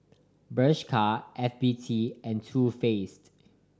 Bershka F B T and Too Faced